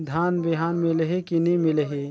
धान बिहान मिलही की नी मिलही?